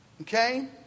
Okay